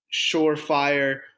surefire